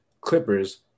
Clippers